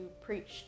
preach